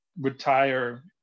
retire